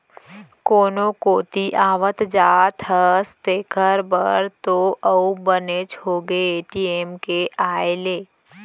कोनो कोती आवत जात हस तेकर बर तो अउ बनेच होगे ए.टी.एम के आए ले